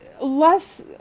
less